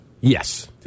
Yes